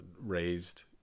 raised